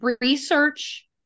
research